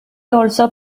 also